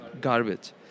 garbage